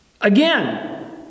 Again